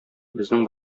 безнең